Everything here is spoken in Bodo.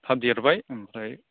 थाब देरबाय आमफ्राय